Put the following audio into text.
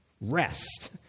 Rest